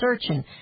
searching